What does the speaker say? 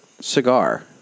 cigar